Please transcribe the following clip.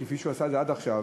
כפי שהוא עשה את זה עד עכשיו,